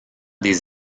des